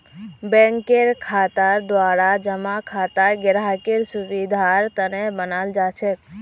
बैंकेर द्वारा जमा खाता ग्राहकेर सुविधार तने बनाल जाछेक